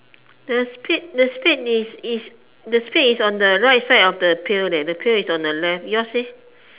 the spade the spade is on the right side of the pail leh the pail is on the left yours leh